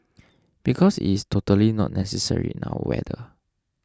because it's totally not necessary in our weather